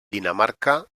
dinamarca